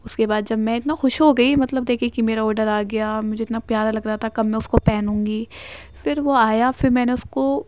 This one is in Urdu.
اس کے بعد جب میں اتنا خوش ہو گئی مطلب دیکھ کے کہ میرا آرڈر آ گیا اور مجھے اتنا پیارا لگ رہا تھا کب میں اس کو پہنوں گی پھر وہ آیا پھر میں نے اس کو